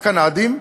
הקנדים,